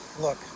look